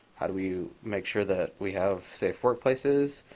how do you make sure that we have safe workplaces?